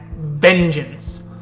vengeance